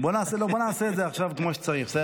בוא נעשה את זה עכשיו כמו שצריך.